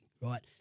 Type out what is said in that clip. right